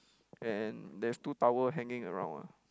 and there's two towel hanging around ah